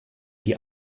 die